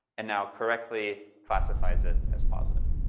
and now correctly classifies it as positive.